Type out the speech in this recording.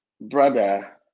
brother